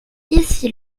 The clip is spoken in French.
ici